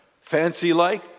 fancy-like